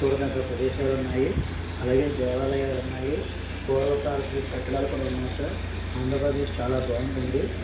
చూడదగ్గ ప్రదేశాలు ఉన్నాయి అలాగే దేవాలయాలు ఉన్నాయి పూర్వకాలపు కట్టడాలు కూడా ఉన్నాయి సార్ ఆంధ్రప్రదేశ్ చాల బాగుంటుంది